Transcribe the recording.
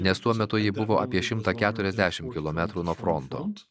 nes tuo metu ji buvo apie šimtą keturiasdešim kilometrų nuo fronto